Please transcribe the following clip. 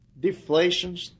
deflations